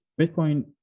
bitcoin